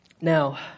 Now